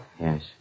Yes